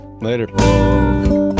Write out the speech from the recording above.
Later